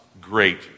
great